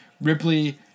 Ripley